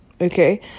okay